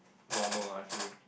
normal I feel